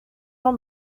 jean